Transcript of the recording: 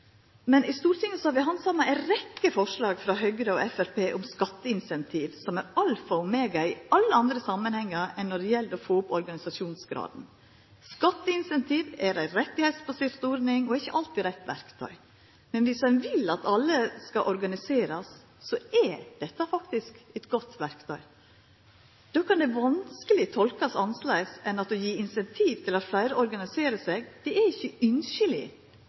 Men i Stortinget har vi handsama ei rekkje forslag frå Høgre og Framstegspartiet om skatteincentiv, som er alfa og omega i alle andre samanhengar enn når det gjeld å få opp organisasjonsgraden. Skatteincentiv er ei rettsbasert ordning og ikkje alltid det rette verktøyet, men om ein vil at alle skal organiserast, er dette faktisk eit godt verktøy. Da kan det vanskeleg tolkast annleis enn at det å gi incentiv til at fleire organiserer seg, ikkje er